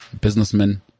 Businessmen